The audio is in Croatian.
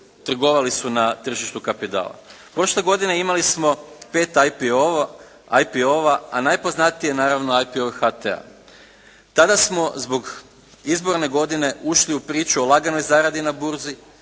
trgovali su na tržištu kapitala. Prošle godine imali smo 5 IPO-ova, a najpoznatiji je naravno IPO od HT-a. Tada smo zbog izborne godine ušli u priču o laganoj zaradi na burzi.